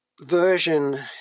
version